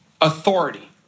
authority